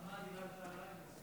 למה דילגת אליי?